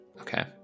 Okay